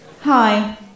Hi